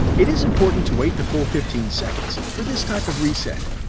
it is important to wait the full fifteen seconds for this type of reset.